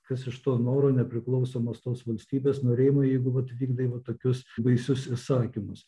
kas iš to noro nepriklausomos tos valstybės norėjimo jeigu vat vykdai va tokius baisius įsakymus